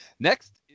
Next